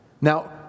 Now